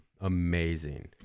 amazing